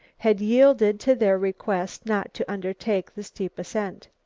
had yielded to their request not to undertake the steep ascent.